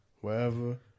wherever